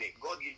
God